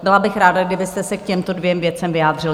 Byla bych ráda, kdybyste se k těmto dvěma věcem vyjádřil.